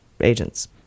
agent's